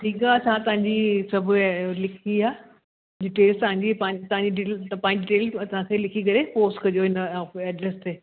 ठीकु आहे असां तव्हांजी सभु हे लिखी आहे डिटेल्स तव्हांजी तव्हांजी पंहिंजी डिटेल तव्हांखे लिखी करे पोस्ट कयो इन एड्रेस ते